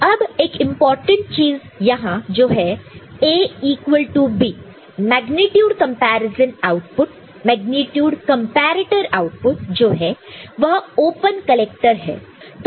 अब एक इंपॉर्टेंट चीज यहां जो है A equal to B magnitude comparison output magnitude comparator output जो है वह ओपन कलेक्टर है